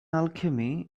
alchemy